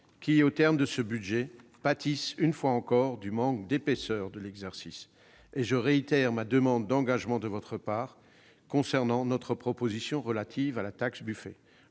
qui, au terme de ce budget, pâtissent une fois encore du manque d'épaisseur de l'exercice. Et je réitère ma demande d'engagement de votre part, madame la ministre, concernant notre proposition relative à la taxe Buffet.